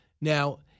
Now –